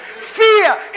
Fear